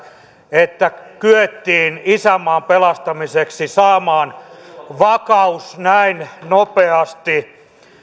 että kyettiin isänmaan pelastamiseksi saamaan vakaus näin nopeasti